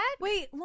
Wait